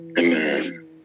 Amen